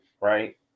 right